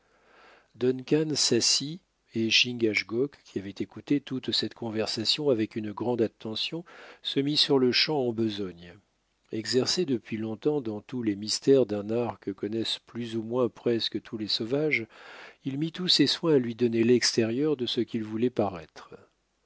s'assit et chingachgook qui avait écouté toute cette conversation avec une grande attention se mit sur-lechamp en besogne exercé depuis longtemps dans tous les mystères d'un art que connaissent plus ou moins presque tous les sauvages il mit tous ses soins à lui donner l'extérieur de ce qu'il voulait paraître